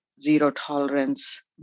zero-tolerance